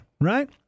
right